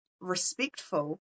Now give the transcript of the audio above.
respectful